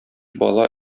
бала